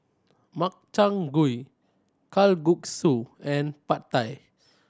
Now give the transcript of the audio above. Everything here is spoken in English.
Makchang Gui Kalguksu and Pad Thai